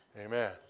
Amen